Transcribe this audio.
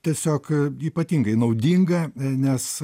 tiesiog ypatingai naudinga nes